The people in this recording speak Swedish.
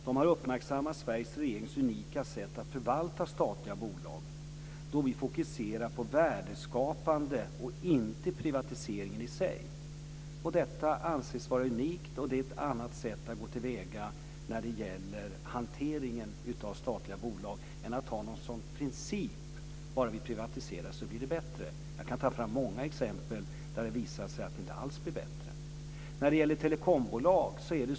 OECD har uppmärksammat Sveriges regerings unika sätt att förvalta statliga bolag, då vi fokuserar på värdeskapande och inte på privatiseringen i sig. Detta anses vara unikt, och det är ett annat sätt att gå till väga när det gäller hanteringen av statliga bolag än att ha som princip att säga att bara vi privatiserar så blir det bättre. Jag kan ta fram många exempel där det har visat sig att det inte alls blir bättre.